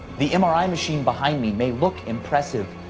the mri machine behind me may look impressive,